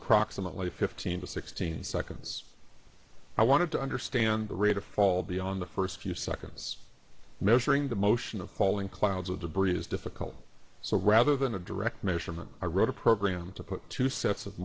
the proximately fifteen to sixteen seconds i wanted to understand the rate of fall beyond the first few seconds measuring the motion of falling clouds of debris is difficult so rather than a direct measurement i wrote a program to put two sets of